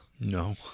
No